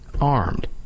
armed